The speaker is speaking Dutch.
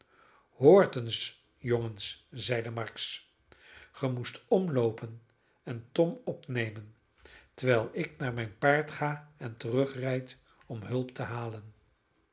hoort eens jongens zeide marks ge moest omloopen en tom opnemen terwijl ik naar mijn paard ga en terugrijd om hulp te halen